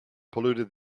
polluted